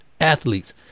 athletes